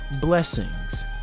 blessings